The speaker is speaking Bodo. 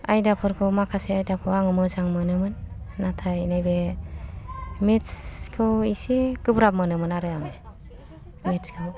आयदाफोरखौ माखासे आयदाखौ आङो मोजां मोनोमोन नाथाय नैबे मेट्सखौ एसे गोब्राब मोनोमोन आरो आं मेट्सखौ